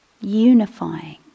unifying